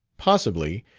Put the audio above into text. possibly,